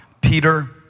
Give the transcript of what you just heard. Peter